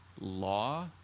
law